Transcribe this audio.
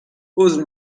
عذر